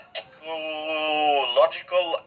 ecological